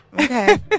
Okay